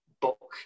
book